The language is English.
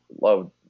love